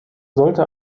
sollte